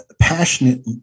passionate